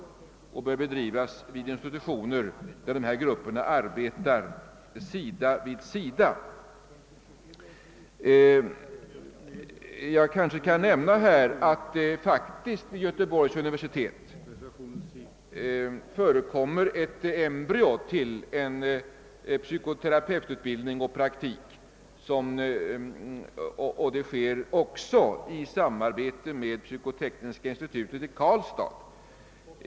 Denna utbildning bör bedrivas vid institutioner där dessa grupper arbetar sida vid sida. Jag kan nämna att det vid Göteborgs universitet faktiskt finns ett embryo till psykoterapeututbildning och praktik och dessutom vid och i samarbete med psykotekniska institutet i Karlstad.